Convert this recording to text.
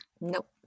Nope